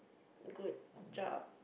good job